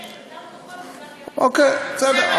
כן, גם כחול וגם ירוק, אוקיי, בסדר.